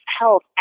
Health